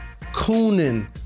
cooning